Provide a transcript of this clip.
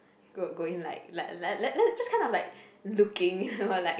we're going like like like it's kind of like looking kind of like